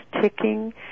ticking